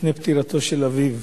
לפני פטירתו של אביו